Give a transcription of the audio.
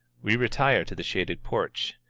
we retire to the shaded porch.